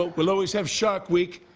we'll always have shark week.